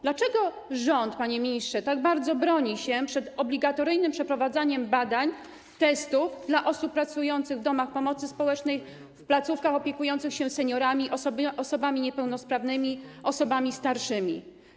Dlaczego rząd, panie ministrze, tak bardzo broni się przed obligatoryjnym przeprowadzaniem badań, testów dla osób pracujących w domach pomocy społecznej, w placówkach opiekujących się seniorami, osobami niepełnosprawnymi, osobami starszymi?